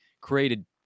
created